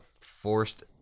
forced